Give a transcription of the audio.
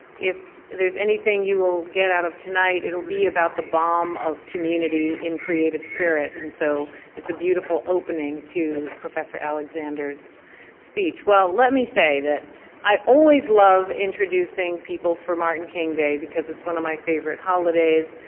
if there's anything you will get out of tonight, it'll be about the balm of community in creative spirit. and so it's a beautiful opening to professor alexander's speech. well let me say that i always love introducing people for martin king day because it's one of my favorite holidays.